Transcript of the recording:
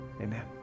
amen